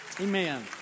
Amen